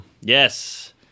Yes